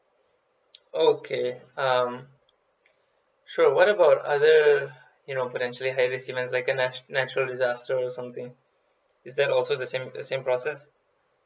okay um sure what about other you know potentially high risk events like a nat~ natural disaster or something is that also the same the same process